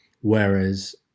whereas